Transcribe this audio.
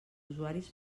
usuaris